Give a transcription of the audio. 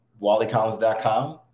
WallyCollins.com